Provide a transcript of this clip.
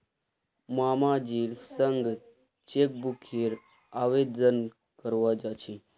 मामाजीर संग चेकबुकेर आवेदन करवा जा छि